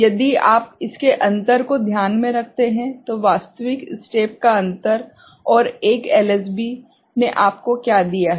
यदि आप इसके अंतर को ध्यान में रखते हैं तो वास्तविक स्टेप का अंतर और 1 एलएसबी ने आपको क्या दिया है